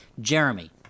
Jeremy